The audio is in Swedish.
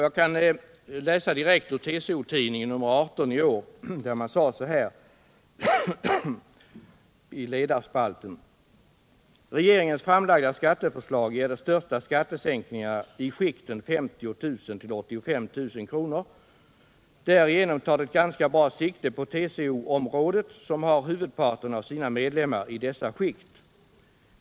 Jag kan läsa direkt ur TCO-Tidningen nr 18 i år, där man sade så här i ledarspalten: ”Regeringens framlagda skatteförslag ger de största skattesänkningarna i skikten 50 000 kr till 85 000 kr. Därigenom tar det ganska bra sikte på TCO-området som har huvudparten av sina medlemmar i dessa skikt.